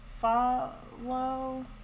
follow